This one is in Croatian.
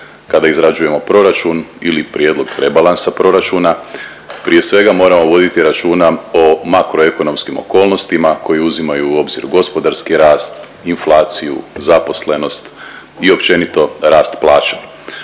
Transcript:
kada izrađujemo proračun ili prijedlog rebalansa proračuna prije svega moramo voditi računa o makroekonomskim okolnostima koje uzimaju u obzir gospodarski rast, inflaciju, zaposlenost i općenito rast plaća.